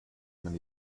man